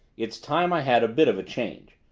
it's time i had a bit of a change.